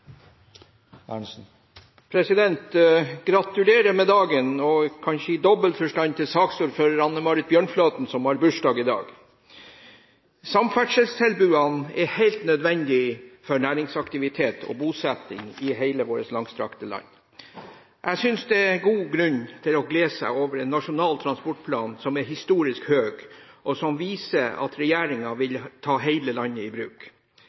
jobb. Gratulerer med dagen – kanskje i dobbelt forstand til saksordfører Anne Marit Bjørnflaten, som har bursdag i dag. Samferdselstilbudene er helt nødvendig for næringsaktivitet og bosetting i hele vårt langstrakte land. Jeg synes det er god grunn til å glede seg over en Nasjonal transportplan som er historisk høy, og som viser at regjeringen vil ta hele landet i bruk.